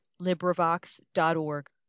LibriVox.org